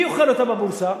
מי אוכל אותה בבורסה?